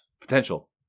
potential